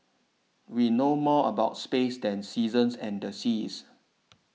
we know more about space than seasons and the seas